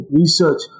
research